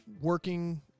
working